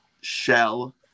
shell